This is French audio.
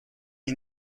est